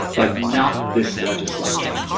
but not this legislature.